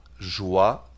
joie